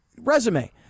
resume